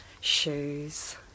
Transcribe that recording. shoes